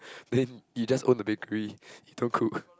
then you just own a bakery you don't cook